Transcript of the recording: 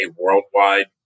worldwide